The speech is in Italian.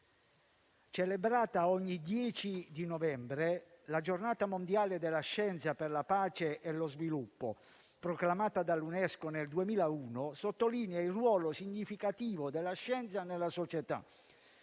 celebrata ogni 10 novembre, la Giornata mondiale della scienza per la pace e lo sviluppo, proclamata dall'UNESCO nel 2001, sottolinea il ruolo significativo della scienza nella società.